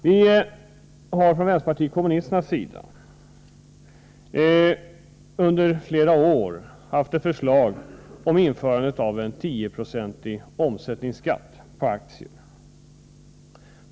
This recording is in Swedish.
Vi har från vänsterpartiet kommunisternas sida under flera år haft ett förslag om införande av en 10-procentig omsättningsskatt på aktier.